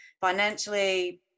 financially